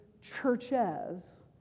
churches